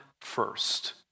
first